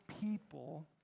people